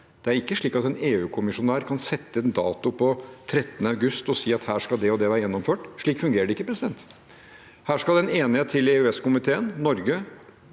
Det er ikke slik at en EU-kommisjonær kan sette en dato på 13. august og si at her skal det og det være gjennomført. Slik fungerer det ikke. Her skal det en enighet til i EØS-komiteen – Norge,